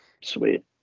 Sweet